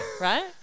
right